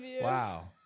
Wow